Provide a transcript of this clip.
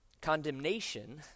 Condemnation